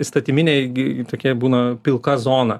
įstatyminiai gi tokie būna pilka zona